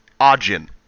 Ajin